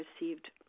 received